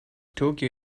tokyo